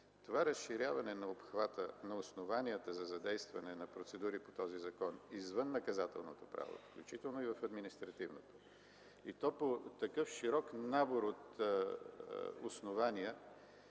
Това разширяване на обхвата на основанията за задействане на процедури по този закон, извън наказателното право, включително и в административното, и то по такъв широк набор от основания,